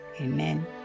amen